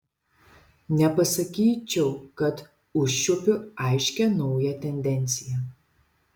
nepasakyčiau kad užčiuopiu aiškią naują tendenciją